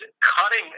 cutting